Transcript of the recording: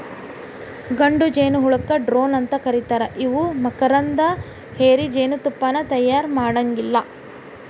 ಗಂಡು ಜೇನಹುಳಕ್ಕ ಡ್ರೋನ್ ಅಂತ ಕರೇತಾರ ಇವು ಮಕರಂದ ಹೇರಿ ಜೇನತುಪ್ಪಾನ ತಯಾರ ಮಾಡಾಂಗಿಲ್ಲ